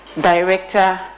Director